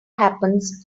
happens